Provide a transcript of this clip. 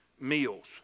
meals